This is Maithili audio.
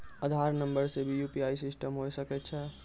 आधार नंबर से भी यु.पी.आई सिस्टम होय सकैय छै?